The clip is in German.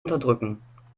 unterdrücken